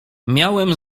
miałem